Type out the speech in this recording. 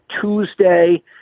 Tuesday